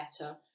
better